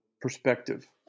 perspective